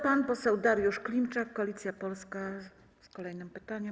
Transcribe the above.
Pan poseł Dariusz Klimczak, Koalicja Polska, z kolejnym pytaniem.